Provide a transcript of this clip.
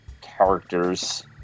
characters